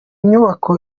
nyubako